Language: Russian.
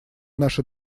наша